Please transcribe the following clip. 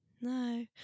No